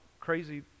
crazy